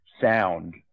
sound